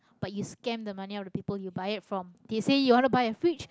but you scam the money out of the people you buy it from they say you wanna to buy a fridge